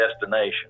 destination